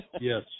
yes